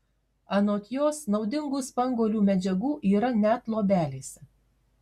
anot jos naudingų spanguolių medžiagų yra net luobelėse